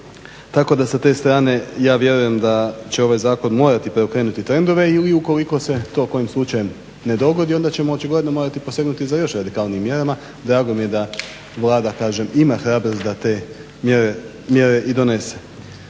tako da sa te strane ja vjerujem da će ovaj zakon morati pokrenuti trendove ili ukoliko se to u kojem slučaju ne dogodi onda ćemo očigledno morati posegnuti za još radikalnijim mjerama. Drago mi je da Vlada kažem ima hrabrosti da te mjere i donese.